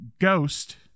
ghost